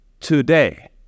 Today